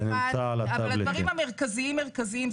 אבל הדברים המרכזיים זה